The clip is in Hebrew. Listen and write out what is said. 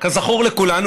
כזכור לכולנו,